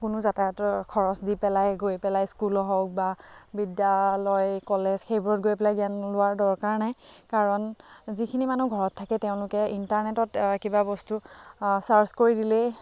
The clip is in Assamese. কোনো যাতায়তৰ খৰচ দি পেলাই গৈ পেলাই স্কুলৰ হওক বা বিদ্যালয় কলেজ সেইবোৰত গৈ পেলাই জ্ঞান লোৱাৰ দৰকাৰ নাই কাৰণ যিখিনি মানুহ ঘৰত থাকে তেওঁলোকে ইণ্টাৰনেটত কিবা বস্তু চাৰ্চ কৰি দিলেই